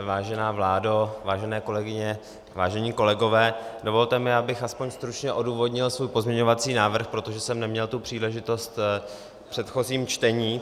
Vážená vládo, vážené kolegyně, vážení kolegové, dovolte mi, abych alespoň stručně odůvodnil svůj pozměňovací návrh, protože jsem neměl tu příležitost v předchozím čtení.